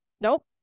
nope